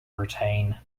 routine